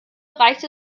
reicht